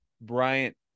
Bryant